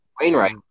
Wainwright